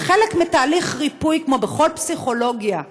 וחלק מתהליך ריפוי, כמו בכל פסיכולוגיה,